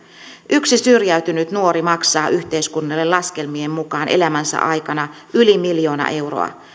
yksi syrjäytynyt nuori maksaa yhteiskunnalle laskelmien mukaan elämänsä aikana yli miljoona euroa